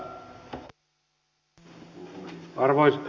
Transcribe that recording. olkaa hyvä